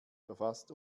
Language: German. verfasst